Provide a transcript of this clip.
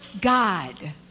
God